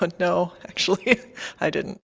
but no, actually i didn't